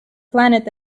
plant